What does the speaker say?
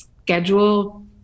schedule